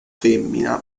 femmina